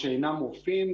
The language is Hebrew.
שאינם רופאים,